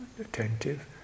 attentive